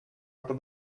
after